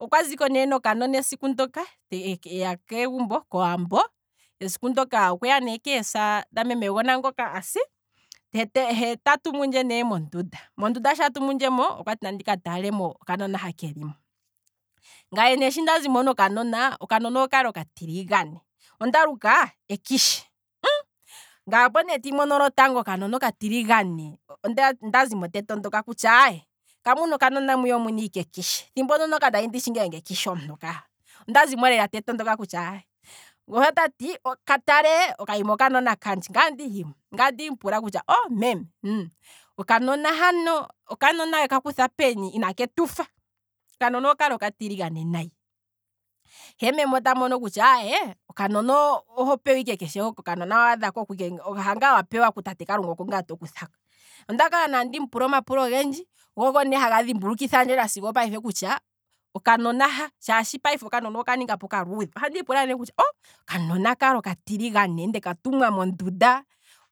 okwa ziko ne nokanona esiku ndoka eya kegumbo kowambo, esiku ndoka okweya ne keesa dha memegona ngoka asi, he tatumundje ne mondunda, mondunda okwati nandika ta lemo okanona hoka kelimo, ngaye ne sho ndazimo nokanona, okanona okali oka tiliane onda luka ekishi, hmm, ngaye opo ne lotango tandi mono okanona okatiligane, onda zimo nee tetondoka kutya aye kamuna okanona mwiya omuna ike ekishi, thimbo ndiya ka ndali ndishi ngeenge ekishi omuntu ka, onda zimo lela tandi tondoka kutya aaye, he otati katale okaama okanona kandje, kaye otandi himo, ngaye otepula kutya meme, eeye, okanona hano okanona weka kutha peni inaketufa, okanona okali oka tiligane nayi. he meme ota mono kutya okanona oho pewa ike keshe hanga waadhako, okanona oho pewa ike keshe ku tate kalunga, oko ngaa toku thako, ondakala ne handi pula ogendji, tsho otsho nee hatshi dhimbulukithandje kutya, okanona ha, shaashi payife okanona oka ningapo okaluudhe, ohandi ipula kutya okanona